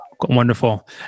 Wonderful